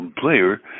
player